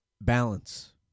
balance